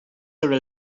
sobre